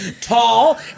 tall